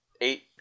Eight